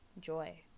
joy